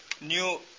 new